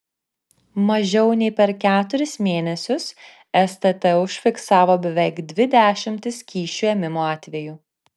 mažiau nei per keturis mėnesius stt užfiksavo beveik dvi dešimtis kyšių ėmimo atvejų